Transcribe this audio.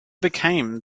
became